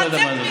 שיענה לך.